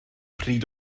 pryd